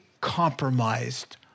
compromised